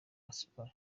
gaspard